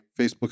Facebook